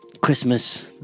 Christmas